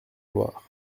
loire